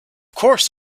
course